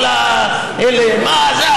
כל אלה, מה זה?